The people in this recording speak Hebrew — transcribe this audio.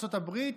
ארצות הברית,